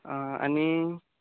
आ आनी